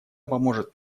поможет